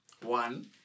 one